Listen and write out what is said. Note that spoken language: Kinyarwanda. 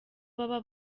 baba